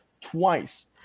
twice